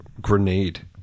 grenade